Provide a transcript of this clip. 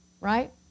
Right